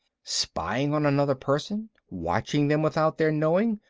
spying on another person, watching them without their knowing,